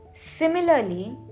Similarly